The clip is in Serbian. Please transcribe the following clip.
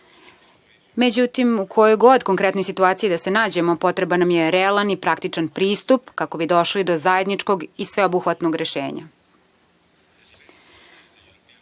Međutim, u kojoj god konkretnoj situaciji da se nađemo, potreban nam je realan i praktičan pristup kako bi došli do zajedničkog i sveobuhvatnog rešenja. Debate